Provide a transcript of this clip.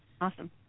Awesome